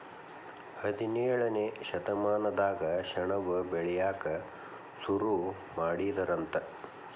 ಹದಿನೇಳನೇ ಶತಮಾನದಾಗ ಸೆಣಬ ಬೆಳಿಯಾಕ ಸುರು ಮಾಡಿದರಂತ